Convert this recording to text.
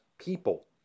people